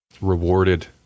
Rewarded